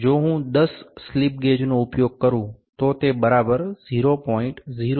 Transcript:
જો હું 10 slip gauge નો ઉપયોગ કરું તો તે 0